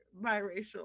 biracial